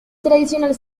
tradicional